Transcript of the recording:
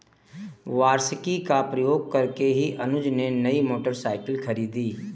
वार्षिकी का प्रयोग करके ही अनुज ने नई मोटरसाइकिल खरीदी